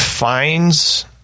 Finds